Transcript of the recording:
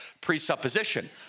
presupposition